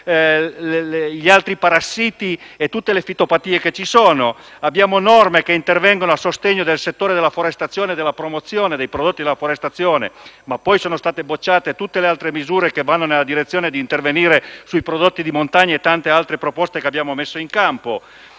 gli altri parassiti e tutte le fitopatie esistenti. Abbiamo norme che intervengono a sostegno del settore della forestazione e della promozione dei suoi prodotti, ma poi sono state bocciate tutte le altre misure che vanno nella direzione di intervenire sui prodotti di montagna e tante altre proposte che abbiamo messo in campo.